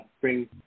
bring